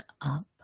up